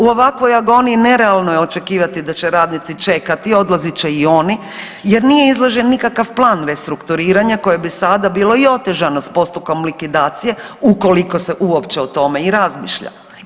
U ovakvoj agoniji nerealno je očekivati da će radnici čekati, odlazit će i oni jer nije izložen nikakav plan restrukturiranja koje bi sada bilo i otežano s postupkom likvidacije, ukoliko se uopće o tome i razmišlja.